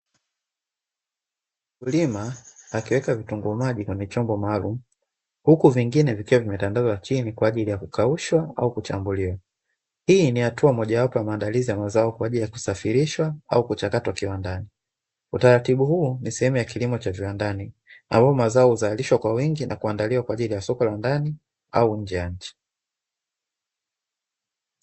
Mkulima akiweka vitunguu maji kwenye chombo maalumu huku vingine vikiwa vimewekwa chini kwa ajili ya kukaushwa au kuchambuliwa, hii ni hatua mojawapo ya maandalizi ya mazao kwa ajili ya kusafirishwa au kuchakatwa viwandani, utaratibu huu ni sehemu ya kilimo cha viwandani ambapo mazao huzalishwa kwa wingi na kuandaliwa kwa ajili ya soko la ndani au nje ya nchi.